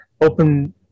open